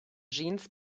jeans